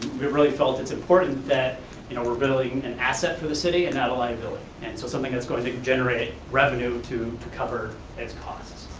we've really felt it's important that you know we're building an asset for the city and not a liability. and so it's something that's gonna generate revenue to to cover it's costs.